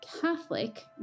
Catholic